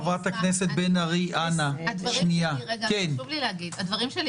חברת הכנסת בן ארי, אנא, שנייה, נסיים פה, בבקשה.